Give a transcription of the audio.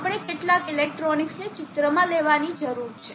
આપણે કેટલાક ઇલેક્ટ્રોનિક્સ ને ચિત્રમાં લેવાની જરૂરી છે